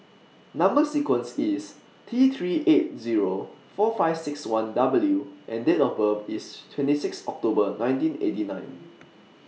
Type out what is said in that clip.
Number sequence IS T three eight Zero four five six one W and Date of birth IS twenty six October nineteen eighty nine